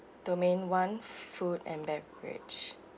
domain one food and beverage